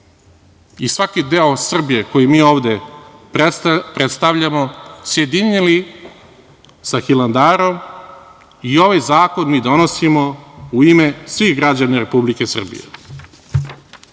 i svaki deo Srbije koji mi ovde predstavljamo, sjedinili sa Hilandarom i ovaj zakon mi donosimo u ime svih građana Republike Srbije. Moram